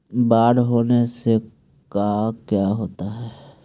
बाढ़ होने से का क्या होता है?